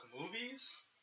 movies